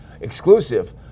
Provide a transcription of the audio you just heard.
exclusive